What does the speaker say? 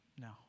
No